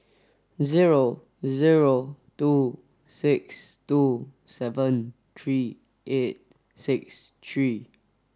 zero zero two six two seven three eight six three